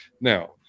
Now